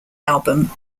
album